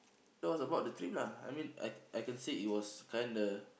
that was about the trip lah I mean I I can said it was kinda